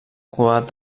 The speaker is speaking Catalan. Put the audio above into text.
cugat